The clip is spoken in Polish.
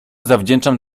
zawdzięczam